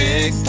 Big